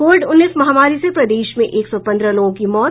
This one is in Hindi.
कोविड उन्नीस महामारी से प्रदेश में एक सौ पन्द्रह लोगों की मौत